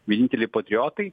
vieninteliai patriotai